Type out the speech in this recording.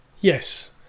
Yes